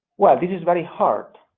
this is very hard,